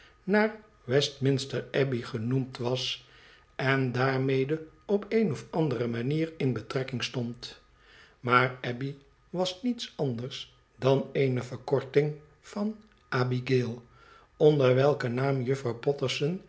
naar westminster abbey genoemd was en daarmede op eene of andere manier in betrekking stond maar abbey was niets anders dan eene verkorting van abigaël onder welken naam juffrouw